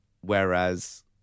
Whereas